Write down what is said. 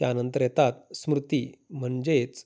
त्यानंतर येतात स्मृती म्हणजेच